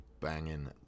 banging